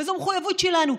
וזו מחויבות שלנו.